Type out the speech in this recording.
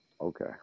Okay